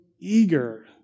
Eager